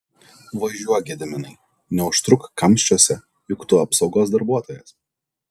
važiuok gediminai neužtruk kamščiuose juk tu apsaugos darbuotojas